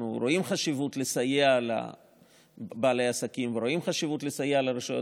אנחנו רואים חשיבות לסייע לבעלי העסקים ורואים חשיבות לסייע לרשויות